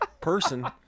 person